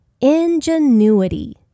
ingenuity